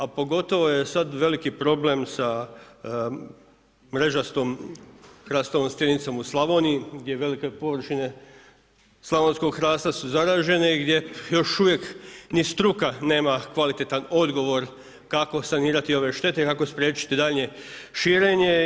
A pogotovo je sada veliki problem sa mrežastom hrastovom stjenicom u Slavoniji gdje velike površine slavonskog hrasta su zaražene i gdje još uvijek ni struka nema kvalitetan odgovor kako sanirati ove štete i kako spriječiti daljnje širenje.